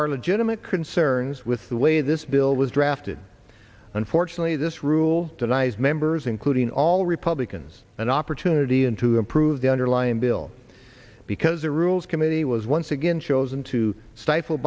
are legitimate concerns with the way this bill was drafted unfortunately this rule denies members including all republicans an opportunity and to approve the underlying bill because the rules committee was once again chosen to stifle